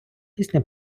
пісня